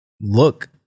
look